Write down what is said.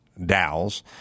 dowels